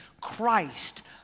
Christ